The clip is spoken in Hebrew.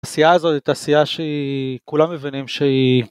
התעשייה הזאת היא תעשייה שהיא כולם מבינים שהיא.